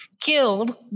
Killed